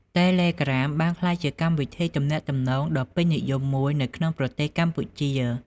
តេឡេក្រាមបានក្លាយជាកម្មវិធីទំនាក់ទំនងដ៏ពេញនិយមមួយនៅក្នុងប្រទេសកម្ពុជា។